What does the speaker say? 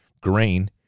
grain